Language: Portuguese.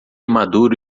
maduro